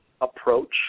approach